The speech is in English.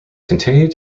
continued